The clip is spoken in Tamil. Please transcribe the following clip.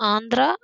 ஆந்திரா